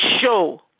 show